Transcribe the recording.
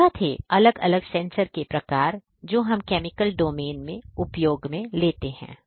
तो यह थे अलग अलग सेंसर के प्रकार जो हम केमिकल डोमेन में उपयोग में लेते हैं